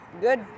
Good